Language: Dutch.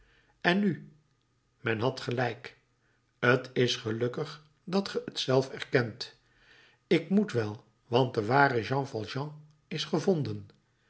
en nu men had gelijk t is gelukkig dat ge t zelf erkent ik moet wel want de ware jean valjean is gevonden